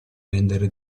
vendere